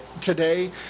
today